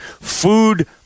food